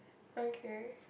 okay